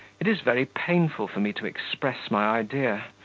it is very painful for me to express my idea,